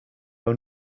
own